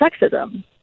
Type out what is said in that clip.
sexism